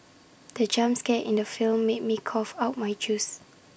the jump scare in the film made me cough out my juice